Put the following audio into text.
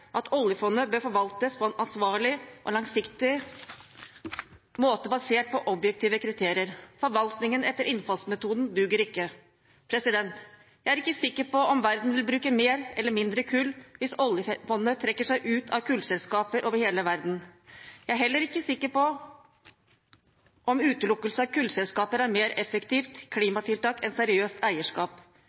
at oljefondet bør forvaltes på en ansvarlig og langsiktig måte basert på objektive kriterier. Forvaltning etter innfallsmetoden duger ikke. Jeg er ikke sikker på om verden vil bruke mer eller mindre kull hvis oljefondet trekker seg ut av kullselskaper over hele verden. Jeg er heller ikke sikker på om utelukkelse av kullselskaper er et mer effektivt klimatiltak enn seriøst eierskap.